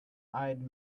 eyed